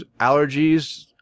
allergies